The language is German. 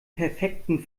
perfekten